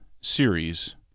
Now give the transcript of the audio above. series